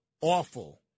awful